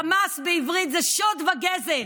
חמס, בעברית, זה שוד וגזל.